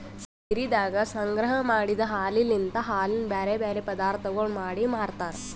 ಡೈರಿದಾಗ ಸಂಗ್ರಹ ಮಾಡಿದ್ ಹಾಲಲಿಂತ್ ಹಾಲಿನ ಬ್ಯಾರೆ ಬ್ಯಾರೆ ಪದಾರ್ಥಗೊಳ್ ಮಾಡಿ ಮಾರ್ತಾರ್